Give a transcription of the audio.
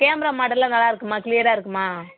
camera மாடல்லாம் நல்லா இருக்குமா க்ளியரா இருக்குமா